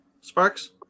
Sparks